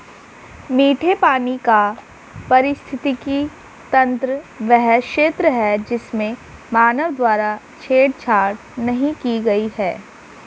मीठे पानी का पारिस्थितिकी तंत्र वह क्षेत्र है जिसमें मानव द्वारा छेड़छाड़ नहीं की गई है